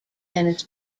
tennis